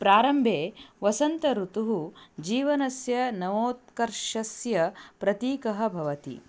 प्रारम्भे वसन्तऋतुः जीवनस्य नवोत्कर्षस्य प्रतीकं भवति